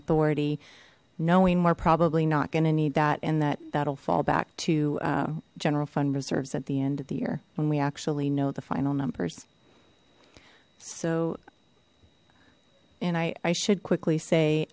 authority knowing we're probably not going to need that and that that'll fall back to general fund reserves at the end of the year when we actually know the final numbers so and i should quickly say